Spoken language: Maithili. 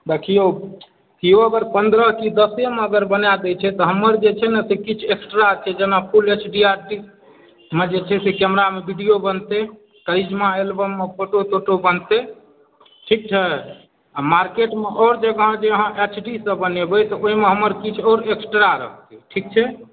देखिऔ किओ अगर पनरह की दसेमे अगर बना दै छै तऽ हमर जे छै ने से किछु एक्स्ट्रा छै जेना फुल एचडीमे जे छै से कैमरामे विडिओ बनतै करिश्मा एलबममे फोटो सोटो बनतै ठीक छै आ मार्केटमे आओर जगह जे अहाँ एचडीसँ बनेबै तऽ ओहिमे हमर किछु आओर एक्स्ट्रा रहतै ठीक छै